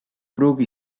pruugi